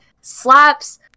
slaps